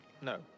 no